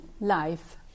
life